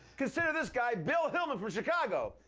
consider this guy. bill hillman from chicago.